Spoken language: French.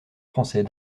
français